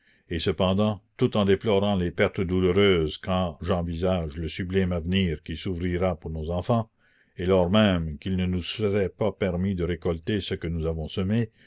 et cependant tout en déplorant les pertes douloureuses quand j'envisage le sublime avenir qui s'ouvrira pour nos enfants et lors même qu'il ne nous serait pas permis de récolter ce que nous avons semé